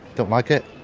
don't like it?